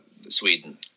Sweden